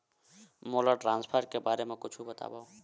मोला ट्रान्सफर के बारे मा कुछु बतावव?